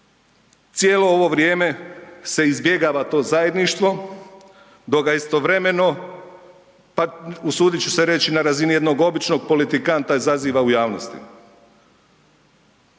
Cijelo ovo vrijeme se izbjegava to zajedništvo dok ga istovremeno, pa usudit ću se reći na razini jednog običnog politikanta izaziva u javnosti.